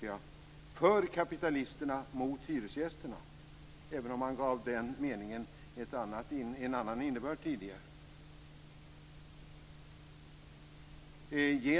Jo: för kapitalisterna mot hyresgästerna - även om han gav den meningen en annan innebörd tidigare.